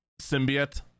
Symbiote